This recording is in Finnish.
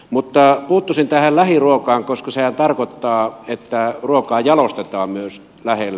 mutta puuttuisin tähän lähiruokaan koska sehän tarkoittaa että ruokaa jalostetaan myös lähellä